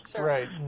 Right